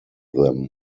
them